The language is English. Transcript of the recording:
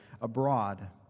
abroad